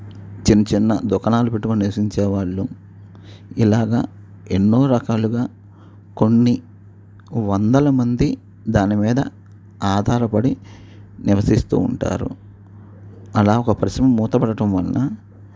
చిన్న చిన్న దుకాణాలు పెట్టుకుని నివసించేవాళ్ళు ఇలాగ ఎన్నో రకాలుగా కొన్ని వందల మంది దాని మీద ఆధారపడి నివసిస్తూ ఉంటారు అలా ఒక పరిశ్రమ మూతపడటం వలన